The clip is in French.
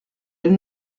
elle